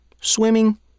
swimming